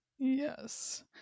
Yes